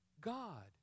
God